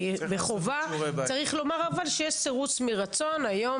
צריך לומר שיש סירוס מרצון היום,